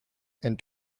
and